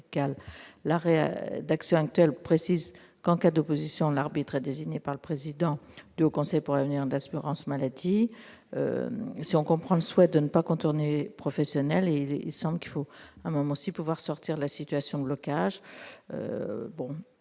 sécurité sociale précise que, en cas d'opposition, l'arbitre est désigné par le président du Haut Conseil pour l'avenir de l'assurance maladie. Si je comprends le souhait de ne pas contourner les professionnels, il me semble cependant qu'il faut également pouvoir sortir d'une situation de blocage.